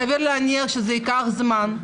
סביר להניח שזה ייקח זמן.